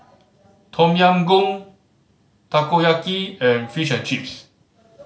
Tom Yam Goong Takoyaki and Fish and Chips